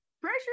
Pressure